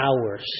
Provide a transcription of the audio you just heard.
hours